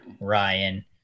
Ryan